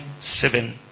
Seven